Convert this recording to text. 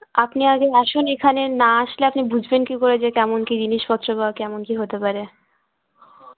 আপনি আগে আসুন এখানে না আসলে আপনি বুঝবেন কী করে যে কেমন কী জিনিসপত্র বা কেমন কী হতে পারে